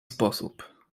sposób